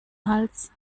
hals